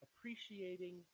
appreciating